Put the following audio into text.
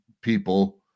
people